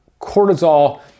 cortisol